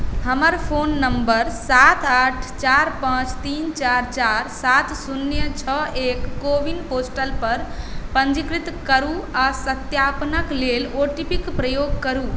हमर phone number number सात आठ चारि पाँच तीन चारि चारि सात शून्य छओ एक कोविन पोस्टलपर पञ्जीकृत करू आओर सत्यापनके लेल ओ टी पी क प्रयोग करू